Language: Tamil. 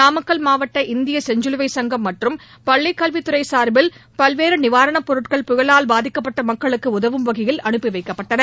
நாமக்கல் மாவட்ட இந்திய செஞ்லுவை சங்கம் மற்றும் பள்ளி கல்வித் துறை சார்பில் பல்வேறு நிவாரணப் பொருட்கள் புயலால் பாதிக்கப்பட்ட மக்களுக்கு உதவும் வகையில் அனுப்பி வைக்கப்பட்டன